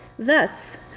Thus